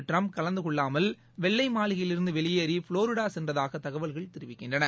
Trump கலந்து கொள்ளாமல் வெள்ளை மாளிகையிலிருந்து வெளியேறி ப்ளோரிடா சென்றதாக தகவல்கள் தெரிவிக்கின்றன